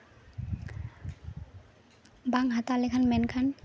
ᱵᱟᱝ ᱦᱟᱛᱟᱣ ᱞᱮᱠᱷᱟᱱ ᱢᱮᱱᱠᱷᱟᱱ